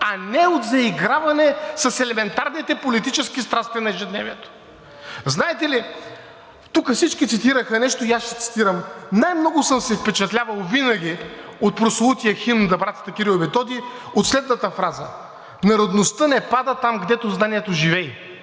а не от заиграване с елементарните политически страсти на ежедневието. Знаете ли, тук всички цитираха нещо и аз ще цитирам. Най много съм се впечатлявал винаги от прословутия химн на братята Кирил и Методий от следната фраза: „Народността не пада там, гдето знанието живей.“